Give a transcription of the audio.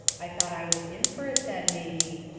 i thought i was in fur it then, mebby,